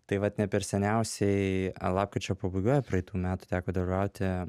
tai vat neperseniausiai lapkričio pabaigoje praeitų metų teko dalyvauti